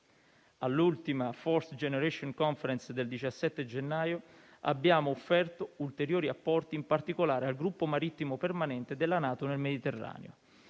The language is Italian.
All'ultima Force generation conference del 17 gennaio abbiamo offerto ulteriori apporti, in particolare al gruppo marittimo permanente della NATO nel Mediterraneo.